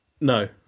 No